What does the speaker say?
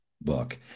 book